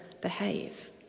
behave